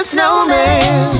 Snowman